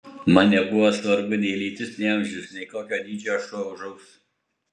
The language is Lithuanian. man nebuvo svarbu nei lytis nei amžius nei kokio dydžio šuo užaugs